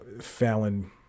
Fallon